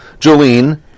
Jolene